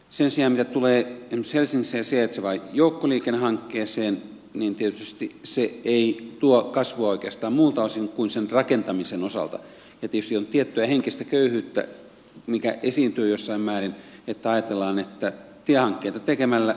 sen sijaan mitä tulee esimerkiksi helsingissä sijaitsevaan joukkoliikennehankkeeseen niin tietysti se ei tuo kasvua oikeastaan muulta osin kuin sen rakentamisen osalta ja tietysti on tiettyä henkistä köyhyyttä mitä esiintyy jossain määrin että ajatellaan että tiehankkeita tekemällä työllisyys paranee